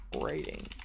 rating